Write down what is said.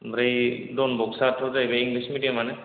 आमफ्राय दन बस्कआथ' जाहैबाय इंलिस मिडियामआनो